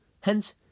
Hence